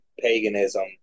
paganism